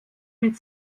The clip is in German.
mit